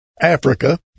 Africa